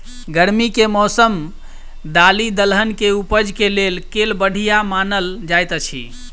गर्मी केँ मौसम दालि दलहन केँ उपज केँ लेल केल बढ़िया मानल जाइत अछि?